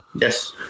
Yes